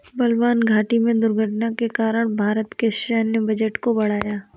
बलवान घाटी में दुर्घटना के कारण भारत के सैन्य बजट को बढ़ाया